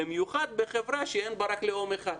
במיוחד בחברה שאין בה רק לאום אחד.